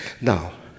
Now